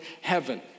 heaven